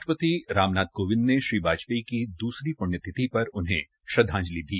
राष्ट्रपति रामनाथ कोविंद ने श्री वाजपेयी की दूसरी पृण्यतिथि पर आज उन्हें श्रद्वांजलि दी